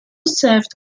served